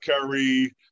Curry